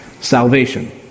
salvation